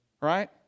right